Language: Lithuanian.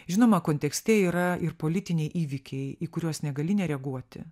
žinoma kontekste yra ir politiniai įvykiai į kuriuos negali nereaguoti